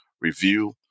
review